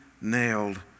nailed